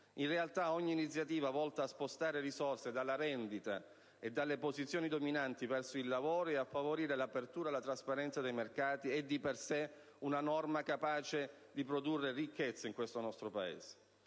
In realtà, ogni iniziativa volta a spostare risorse dalla rendita e dalle posizioni dominanti verso il lavoro e a favorire l'apertura e la trasparenza dei mercati è di per sé una norma capace di produrre ricchezza in questo nostro Paese.